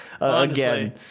again